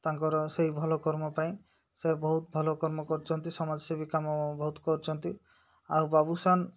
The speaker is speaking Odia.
ତାଙ୍କର ସେଇ ଭଲ କର୍ମ ପାଇଁ ସେ ବହୁତ ଭଲ କର୍ମ କରିଛନ୍ତି ସମାଜସେବୀ କାମ ବହୁତ କରିଛନ୍ତି ଆଉ ବାବୁସାନ